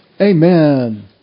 Amen